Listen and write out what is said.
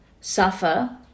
suffer